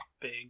big